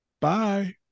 Bye